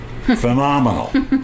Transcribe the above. phenomenal